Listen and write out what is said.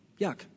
Yuck